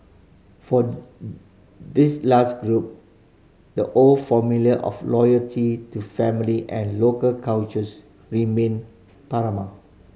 for this last group the old formula of loyalty to family and local cultures remained paramount